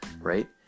right